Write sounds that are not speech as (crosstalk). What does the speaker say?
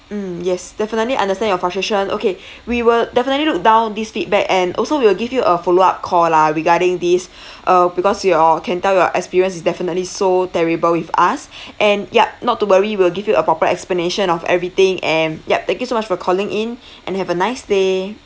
mm yes definitely understand your frustration okay (breath) we will definitely look down these feedback and also we will give you a follow up call lah regarding these (breath) uh because we all can tell your experience is definitely so terrible with us (breath) and yup not to worry will give you a proper explanation of everything and yup thank you so much for calling in and have a nice day